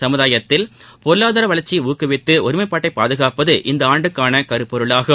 சமுதாயத்தில் பொருளாதார வளர்ச்சியை ஊக்குவித்து ஒருமைப்பாட்டை பாதுகாப்பது இந்த ஆண்டுக்கான கருப்பொருளாகும்